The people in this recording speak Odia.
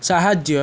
ସାହାଯ୍ୟ